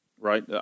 Right